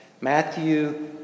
Matthew